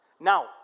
Now